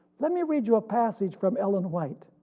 let me read you a passage from ellen white,